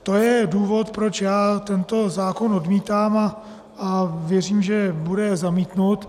To je důvod, proč já tento zákon odmítám, a věřím, že bude zamítnut.